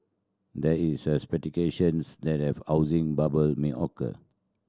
there is speculation that a housing bubble may occur